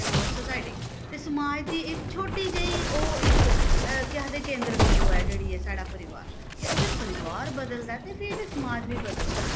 is ऑन society ते समाज दी इक छोटी जेही ओह् इक केह् आखदे केंद्र बिंदु ऐ जेह्ड़ी एह् साढ़ा परिवार ते अगर परिवार बदलदा ते फिर समाज बी बदलदा ऐ